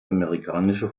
amerikanische